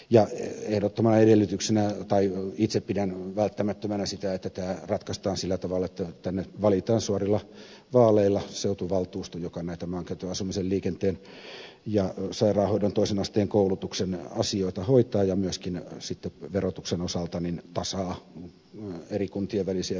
ja ehdottomana edellytyksenä on tai itse pidän välttämättömänä sitä että tämä ratkaistaan sillä tavalla että tänne valitaan suorilla vaaleilla seutuvaltuusto joka hoitaa näitä maankäytön asumisen liikenteen ja sairaanhoidon toisen asteen koulutuksen asioita ja myöskin verotuksen osalta tasaa eri kuntien välisiä verotuseroja